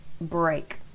break